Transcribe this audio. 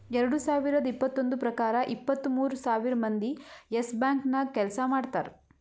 ಎರಡು ಸಾವಿರದ್ ಇಪ್ಪತ್ತೊಂದು ಪ್ರಕಾರ ಇಪ್ಪತ್ತು ಮೂರ್ ಸಾವಿರ್ ಮಂದಿ ಯೆಸ್ ಬ್ಯಾಂಕ್ ನಾಗ್ ಕೆಲ್ಸಾ ಮಾಡ್ತಾರ್